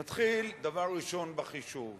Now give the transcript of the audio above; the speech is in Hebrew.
נתחיל, דבר ראשון, בחישוב.